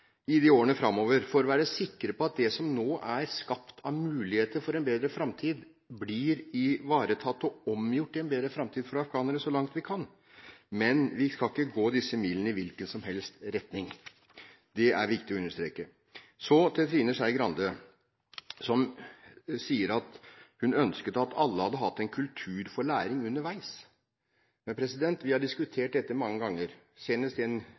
dit de skal – og det må understrekes at det er en del av hele pakken. Vi skal gå mange ekstra mil med afghanerne i årene framover for å være sikre på at det som nå er skapt av muligheter for en bedre framtid, blir ivaretatt og omgjort til en bedre framtid for afghanerne så langt vi kan. Men vi skal ikke gå disse milene i hvilken som helst retning. Det er viktig å understreke. Så til Trine Skei Grande som sa at hun ønsket at alle hadde hatt